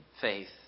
faith